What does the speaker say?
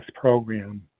program